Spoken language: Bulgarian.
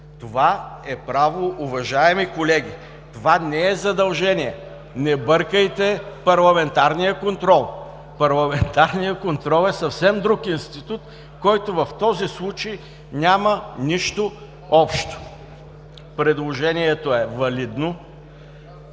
Това е право, уважаеми колеги! Това не е задължение! Не бъркайте с парламентарния контрол. Парламентарният контрол е съвсем друг институт, който в този случай няма нищо общо. Предложението е валидно,